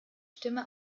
stimme